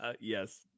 Yes